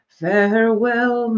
farewell